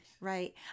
Right